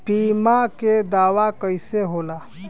बीमा के दावा कईसे होला?